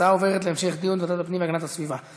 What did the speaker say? ההצעה עוברת להמשך דיון בוועדת הפנים והגנת הסביבה.